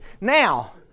Now